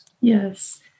Yes